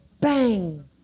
bang